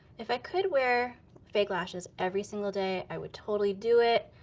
if i could wear fake lashes every single day i would totally do it.